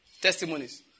Testimonies